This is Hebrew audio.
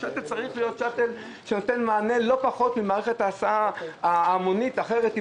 השאטל צריך לתת מענה לא פחות טוב ממערכת הסעה המונית אחרת.